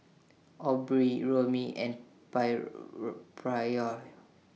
Aubrey Romie and Pryor